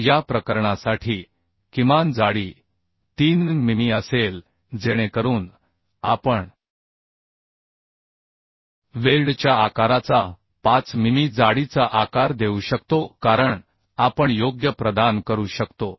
तर या प्रकरणासाठी किमान जाडी 3 मिमी असेल जेणेकरून आपण वेल्डच्या आकाराचा 5 मिमी जाडीचा आकार देऊ शकतो कारण आपण योग्य प्रदान करू शकतो